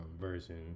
version